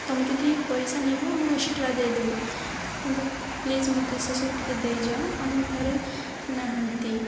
ତୁମେ ଯଦି ପଇସା ନେବ ମୁଁ ଏକ୍ସଟ୍ରା ଦେଇଦେବି କିନ୍ତୁ ପ୍ଲିଜ୍ ମୋତେ ସେସବୁ ଟିକେ ଦେଇଯାଅ ଆମ ଘରେ ନାହାନ୍ତି